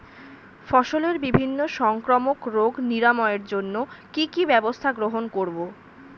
ফসলের বিভিন্ন সংক্রামক রোগ নিরাময়ের জন্য কি কি ব্যবস্থা গ্রহণ করব?